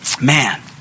man